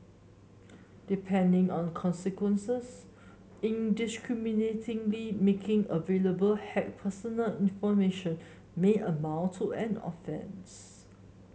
depending on consequences indiscriminately making available hacked personal information may amount to an offence